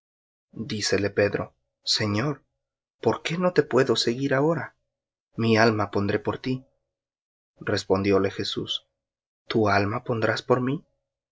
seguirás después dícele pedro señor por qué no te puedo seguir ahora mi alma pondré por ti respondióle jesús tu alma pondrás por mí